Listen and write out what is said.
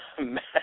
Mad